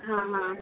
ହଁ ହଁ